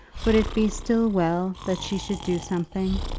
would it be still well that she should do something,